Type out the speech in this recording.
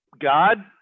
God